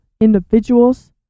individuals